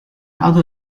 other